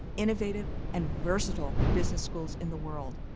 innovative, and versatile business schools in the world,